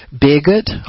bigot